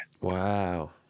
Wow